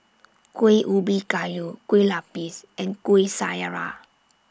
Kueh Ubi Kayu Kueh Lapis and Kuih Syara